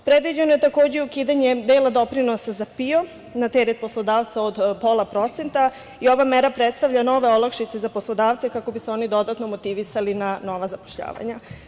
Predviđeno je ukidanje dela doprinosa za PIO na teret poslodavca od pola procenta i ova mera predstavlja nove olakšice za poslodavce kako bi se oni dodatno motivisali na nova zapošljavanja.